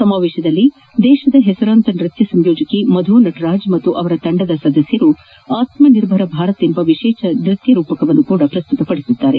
ಸಮಾವೇಶದಲ್ಲಿ ದೇಶದ ಹೆಸರಾಂತ ನೃತ್ಯ ಸಂಯೋಜಕಿ ಮಧು ನಟರಾಜ್ ಮತ್ತು ಅವರ ತಂಡದ ಸದಸ್ಟರು ಆತ್ನ ನಿರ್ಭರ ಭಾರತ್ ಎನ್ನುವ ವಿಶೇಷ ನೃತ್ತ ರೂಪಕವನ್ನು ಪ್ರಸ್ತುತ ಪಡಿಸಲಿದ್ದಾರೆ